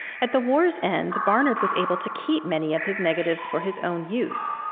at the war's end, barnard was able to keep many of his negatives for his own use.